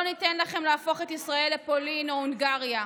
לא ניתן לכם להפוך את ישראל לפולין או להונגריה.